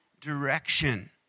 direction